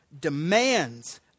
demands